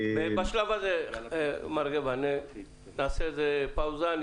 מר גבע, בשלב הזה נעשה פאוזה.